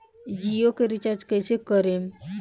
जियो के रीचार्ज कैसे करेम?